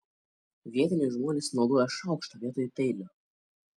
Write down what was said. vietiniai žmonės naudoja šaukštą vietoj peilio